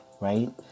right